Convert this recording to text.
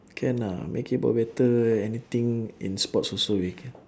can ah make it more better anything in sports also we can